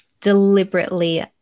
deliberately